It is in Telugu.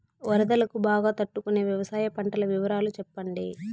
వరదలకు బాగా తట్టు కొనే వ్యవసాయ పంటల వివరాలు చెప్పండి?